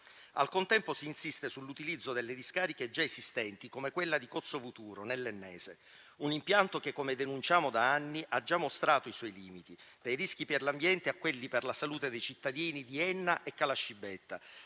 Al contempo, si insiste sull'utilizzo delle discariche già esistenti, come quella di Cozzo Vuturo, nell'ennese, un impianto che, come denunciamo da anni, ha già mostrato i suoi limiti, dai rischi per l'ambiente a quelli per la salute dei cittadini di Enna e Calascibetta,